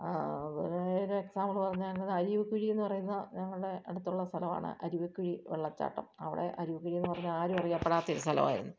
പിന്നെ ഒരെക്സാംപിൾ പറഞ്ഞാൽ അരിവിക്കുഴി എന്നു പറയുന്ന ഞങ്ങളുടെ അടുത്തുള്ള സ്ഥലമാണ് അരുവിക്കുഴി വെള്ളച്ചാട്ടം അവിടെ അരുവിക്കുഴിയെന്നു പറഞ്ഞാൽ ആരും അറിയപ്പെടാത്തതൊരു സ്ഥലമായിരുന്നു